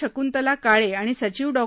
शकृंतला काळे आणि सचिव डॉ